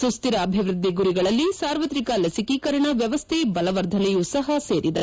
ಸುಹಿರ ಅಭಿವೃದ್ದಿ ಗುರಿಗಳಲ್ಲಿ ಸಾರ್ವತ್ರಿಕ ಲಸಿಕಿಕರಣ ವ್ಯವಸ್ಥ ಬಲವರ್ಧನೆಯೂ ಸಹ ಸೇರಿದೆ